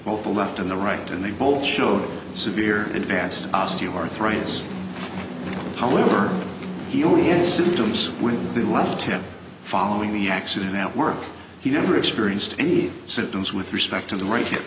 both the left and the right and they both showed severe advanced osteoarthritis however he only had symptoms when they left him following the accident at work he never experienced any symptoms with respect to the r